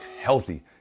healthy